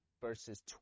verses